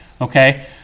Okay